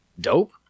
dope